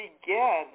begin